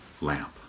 lamp